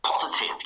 positive